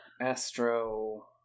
Astro